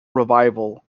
revival